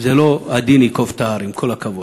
זה לא הדין ייקוב את ההר, עם כל הכבוד.